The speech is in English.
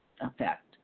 effect